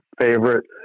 favorite